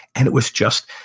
and it was just,